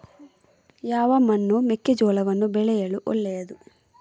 ಯಾವ ಮಣ್ಣು ಮೆಕ್ಕೆಜೋಳವನ್ನು ಬೆಳೆಯಲು ಒಳ್ಳೆಯದು?